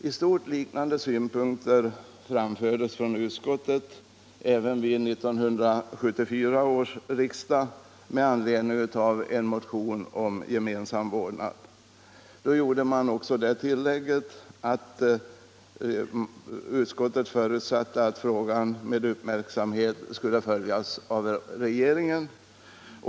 I stort liknande synpunkter framfördes från utskottet även vid 1974 års riksdag med anledning av en motion om gemensam vårdnad. Då gjorde man också det tillägget att utskottet förutsatte att frågan med uppmärksamhet skulle följas av regeringen.